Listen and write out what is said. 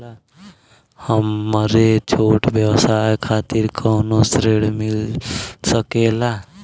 हमरे छोट व्यवसाय खातिर कौनो ऋण मिल सकेला?